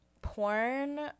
Porn